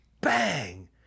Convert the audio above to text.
Bang